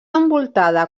envoltada